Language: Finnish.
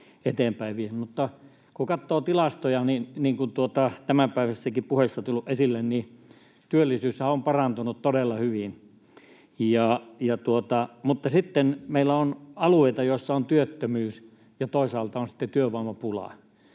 Kun katsoo tilastoja, niin kuin tämänpäiväisissäkin puheissa on tullut esille, työllisyyshän on parantunut todella hyvin, mutta sitten meillä on alueita, joilla on työttömyyttä, ja toisaalta on sitten työvoimapulaa.